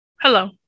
Hello